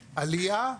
עלייה,